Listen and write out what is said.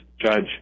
Judge